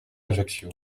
ajaccio